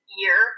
year